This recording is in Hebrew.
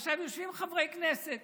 עכשיו, יושבים חברי כנסת